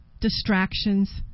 distractions